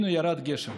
גשם